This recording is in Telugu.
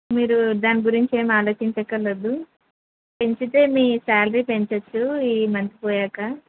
మీరు దాని గురించి ఏమి ఆలోచించక్కరలేదు పెంచితే మీ శాలరీ పెంచవచ్చు ఈ మంత్ పోయాక